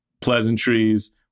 pleasantries